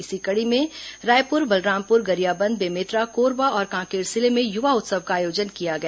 इसी कड़ी में रायपुर बलरामपुर गरियाबंद बेमेतरा कोरबा और कांकेर जिले में युवा उत्सव का आयोजन किया गया